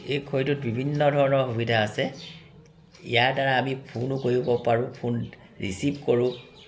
এই ঘড়ীটোত বিভিন্ন ধৰণৰ সুবিধা আছে ইয়াৰ দ্ৱাৰা আমি ফোনো কৰিব পাৰোঁ ফোন ৰিচিভ কৰোঁ